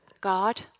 God